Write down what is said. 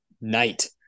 night